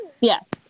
Yes